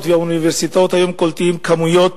וגם האוניברסיטאות היום קולטות כמויות